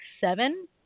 seven